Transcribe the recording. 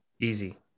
Easy